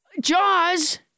Jaws